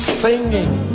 singing